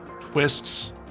twists